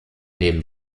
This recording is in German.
neben